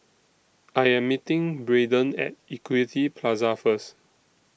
I Am meeting Brayden At Equity Plaza First